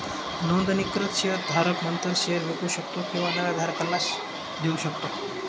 नोंदणीकृत शेअर धारक नंतर शेअर विकू शकतो किंवा नव्या धारकाला देऊ शकतो